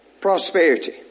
prosperity